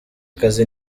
kazi